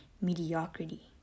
mediocrity